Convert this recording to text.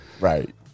Right